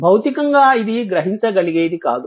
భౌతికంగా ఇది గ్రహించగలిగేది కాదు